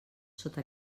sota